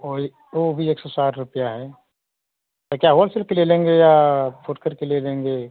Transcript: ओई ओ भी एक सौ साठ रुपया है तो क्या होलसेल पे ले लेंगे या फुटकर के लिए लेंगे